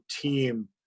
team